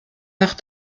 nach